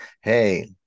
hey